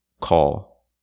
call